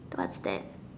what's that